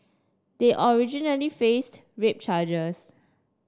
they originally faced rape charges